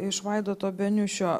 iš vaidoto beniušio